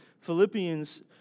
Philippians